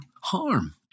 harm